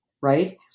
right